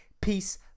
Peace